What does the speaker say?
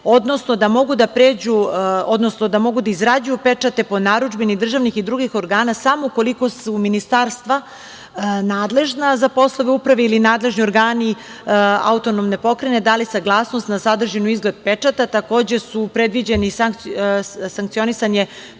odnosno da mogu da izrađuju pečate po narudžbini državnih i drugih organa samo ukoliko su ministarstva nadležna za poslove uprave ili nadležni organi autonomne pokrajine dali saglasnost na sadržinu i izgled pečata, takođe je predviđeno sankcionisanje